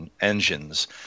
engines